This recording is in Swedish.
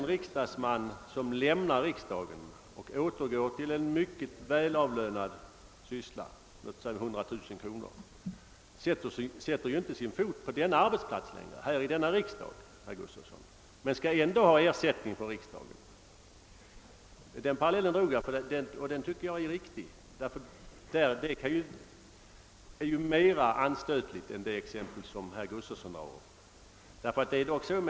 Den riksdagsman som lämnar riksdagen och återgår till en befattning med mycket god lön, t.ex. 100 000 kr., sätter ju inte sin fot här i riksdagen men skall ändå ha ersättning härifrån. Jag tycker att denna parallell är riktig, och att detta förhållande är mer anstötligt än det exempel som herr Gustavsson tar upp.